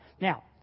Now